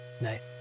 Nice